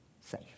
safe